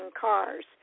cars